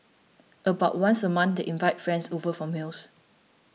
about once a month they invite friends over for meals